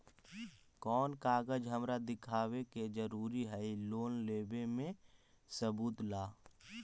कौन कागज हमरा दिखावे के जरूरी हई लोन लेवे में सबूत ला?